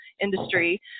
industry